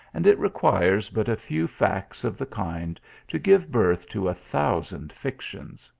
and it re quires but a few facts of the kind to give birth to a thousand fictions.